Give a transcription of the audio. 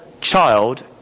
child